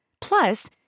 Plus